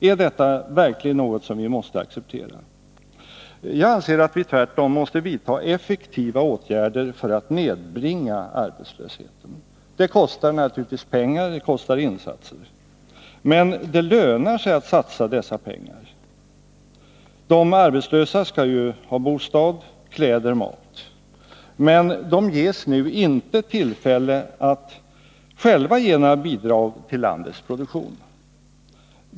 Är detta verkligen något vi måste acceptera? Jag anser att vi tvärtom måste vidta effektiva åtgärder för att nedbringa arbetslösheten. Det kostar naturligtvis pengar, det kostar insatser. Men det lönar sig att satsa dessa pengar. De arbetslösa skall ha bostad, kläder, mat, men de ges nu inte tillfälle att själva ge några bidrag till landets produktion.